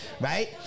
right